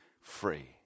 free